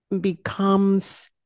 becomes